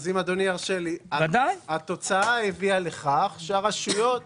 אם אדוני ירשה לי, התוצאה הביאה לכך שהרשויות